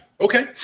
Okay